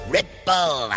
Ripple